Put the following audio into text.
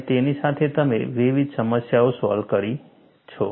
અને તેની સાથે તમે વિવિધ સમસ્યાઓ સોલ્વ કરી શકો છો